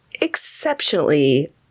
exceptionally